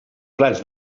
prats